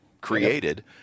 created